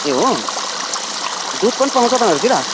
ए हो दुध पनि पाउँछ तपाईँहरूकोतिर